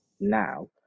now